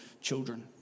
children